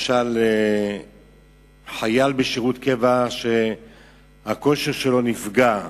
למשל חייל בשירות קבע שהכושר שלו נפגע,